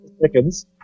seconds